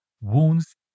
wounds